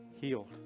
healed